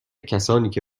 کسانیکه